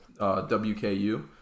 WKU